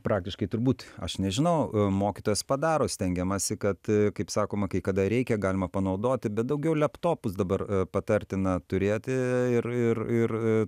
praktiškai turbūt aš nežinau mokytojas padaro stengiamasi kad kaip sakoma kai kada reikia galima panaudoti bet daugiau leptopus dabar patartina turėti ir ir ir